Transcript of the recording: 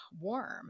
warm